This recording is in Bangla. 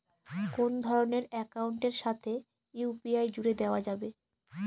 কোন ধরণের অ্যাকাউন্টের সাথে ইউ.পি.আই জুড়ে দেওয়া যাবে?